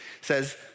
says